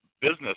business